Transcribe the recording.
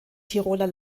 tiroler